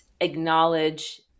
acknowledge